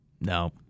No